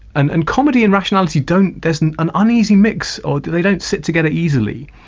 and and comedy and rationality don't there's an an uneasy mix, or they don't sit together easily.